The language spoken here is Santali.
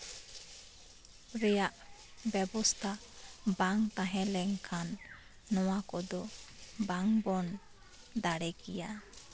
ᱨᱮᱭᱟᱜ ᱵᱮᱵᱚᱥᱛᱷᱟ ᱵᱟᱝ ᱛᱟᱦᱮᱸ ᱞᱮᱱᱠᱷᱟᱱ ᱱᱚᱣᱟ ᱠᱚᱫᱚ ᱵᱟᱝᱵᱚᱱ ᱫᱟᱲᱮ ᱠᱮᱭᱟ